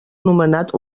nomenat